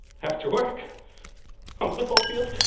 after work on football field?